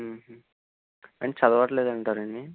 కానీ చదవట్లేదు అంటారా అండి